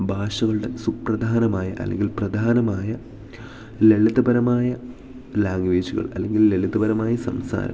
ഭാഷകളുടെ സുപ്രധാനമായ അല്ലെങ്കിൽ പ്രധാനമായ ലളിതപരമായ ലാംഗ്വേജുകൾ അല്ലെങ്കിൽ ലളിതപരമായ സംസാരം